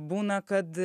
būna kad